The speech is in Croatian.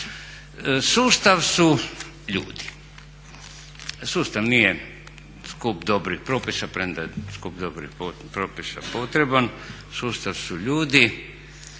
Sustav su ljudi, sustav nije skup dobrih propisa, premda je skup dobrih propisa potreban. Sustav su ljudi